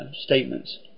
statements